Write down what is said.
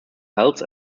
health